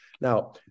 Now